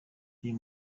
uyu